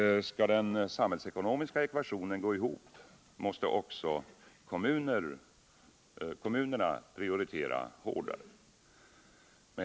Skall den samhällsekonomiska ekvationen gå ihop måste också kommunerna prioritera hårdare.